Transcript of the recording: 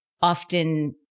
often